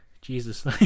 Jesus